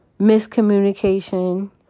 miscommunication